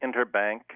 interbank